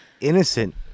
innocent